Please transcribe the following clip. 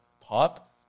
pop